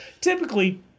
typically